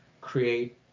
create